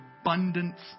abundance